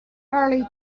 early